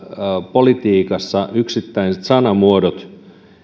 politiikassa yksittäiset sanamuodot